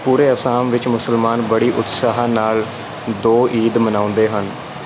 ਪੂਰੇ ਅਸਾਮ ਵਿੱਚ ਮੁਸਲਮਾਨ ਬੜੀ ਉਤਸ਼ਾਹ ਨਾਲ ਦੋ ਈਦ ਮਨਾਉਂਦੇ ਹਨ